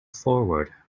forward